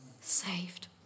saved